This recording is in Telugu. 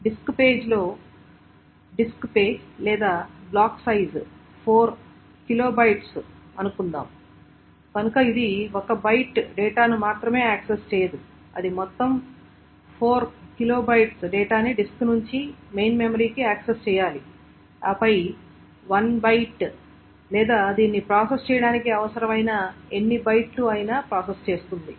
డిస్క్ పేజ్ లేదా బ్లాక్ సైజ్ 4KB డేటా అనుకుందాం కనుక ఇది 1 బైట్ డేటాను మాత్రమే యాక్సెస్ చేయదు అది మొత్తం 4KB డేటాని డిస్క్ నుండి మెయిన్ మెమరీకి యాక్సెస్ చేయాలి ఆపై 1 బైట్ లేదా దీన్ని ప్రాసెస్ చేయడానికి అవసరమైన ఎన్ని బైట్లు అయినా ప్రాసెస్ చేస్తుంది